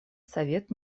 совет